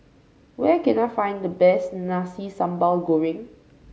where can I find the best Nasi Sambal Goreng